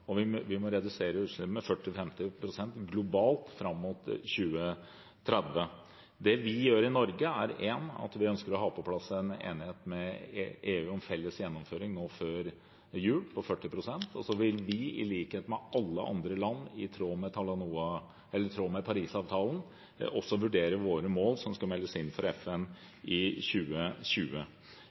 Vi må redusere utslipp med 40–50 pst. globalt fram mot 2030. Det vi gjør i Norge, er for det første at vi ønsker å ha på plass en enighet med EU om felles gjennomføring nå før jul, på 40 pst., og så vil vi, i likhet med alle andre land, i tråd med Parisavtalen vurdere våre mål som skal meldes inn for FN i 2020.